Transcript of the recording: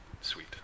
sweet